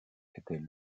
était